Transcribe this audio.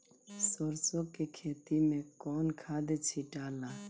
सरसो के खेती मे कौन खाद छिटाला?